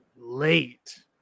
late